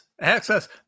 access